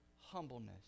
humbleness